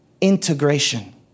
Integration